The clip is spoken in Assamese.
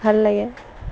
ভাল লাগে